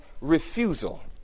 refusal